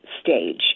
stage